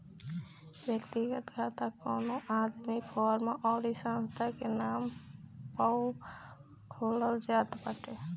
व्यक्तिगत खाता कवनो आदमी, फर्म अउरी संस्था के नाम पअ खोलल जात बाटे